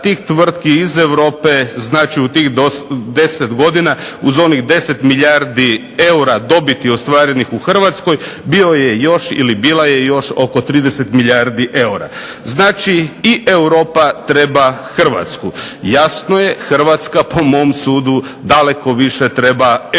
tih tvrtki iz Europe, znači u tih 10 godina uz onih 10 milijardi eura dobiti ostvarenih u Hrvatskoj bio je još ili bila je još oko 30 milijardi eura. Znači i Europa treba Hrvatsku. Jasno je Hrvatska po mom sudu daleko više treba